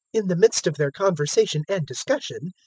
in the midst of their conversation and discussion,